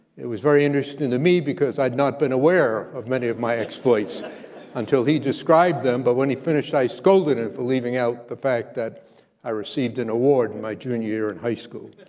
it was very interesting to me because i'd not been aware of many of my exploits until he described them, but when he finished, i scolded him for leaving out the fact that i received an award my junior year in high school.